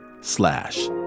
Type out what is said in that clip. slash